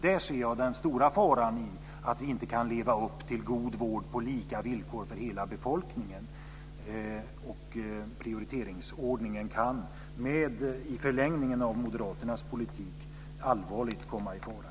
Där ser jag den stora faran, att vi inte kan leva upp till god vård på lika villkor för hela befolkningen. Prioriteringsordningen kan i förlängningen av moderaternas politik allvarligt komma i fara.